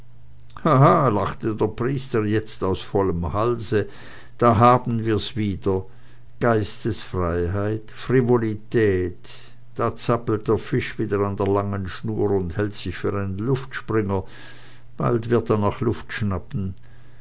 der priester jetzt aus vollem halse da haben wir's wieder geistesfreiheit frivolität da zappelt der fisch wieder an der langen schnur und hält sich für einen luftspringer bald wird er nach luft schnappen